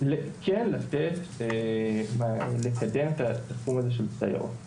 על מנת לקדם את התחום הזה של סייעות.